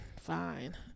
fine